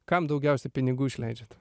kam daugiausia pinigų išleidžiate